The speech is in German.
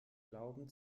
glauben